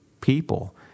people